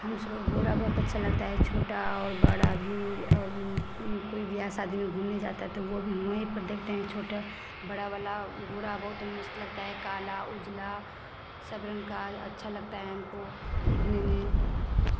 हम सबों को घोड़ा बहुत अच्छा लगता है छोटा और बड़ा भी और कोई भी ऐसा आदमी घूमने जाता है तो वो भी वहीं पर देखते हैं छोटा बड़ा वाला घोड़ा बहुत मस्त लगता है काला उजाला सब रंग का अच्छा लगता है हमको दिखने में